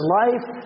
life